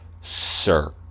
sir